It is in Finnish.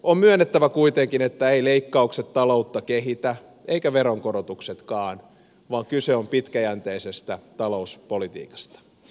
on myönnettävä kuitenkin että eivät leikkaukset taloutta kehitä eivätkä veronkorotuksetkaan vaan kyse on pitkäjänteisestä talouspolitiikasta